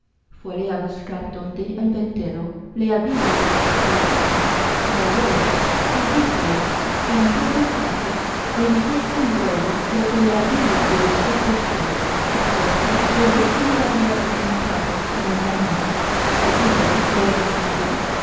fuele a buscar donde el ventero le había dicho que estaba y hallóle y díjole que en todo caso le dijese luego lo que le había de decir después acerca de lo que le había preguntado en el camino el hombre le respondió